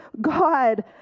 God